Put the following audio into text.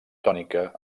tònica